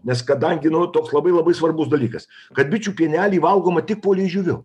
nes kadangi nu toks labai labai svarbus dalykas kad bičių pienelį valgoma tik po liežiuviu